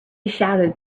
shouted